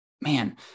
Man